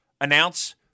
announce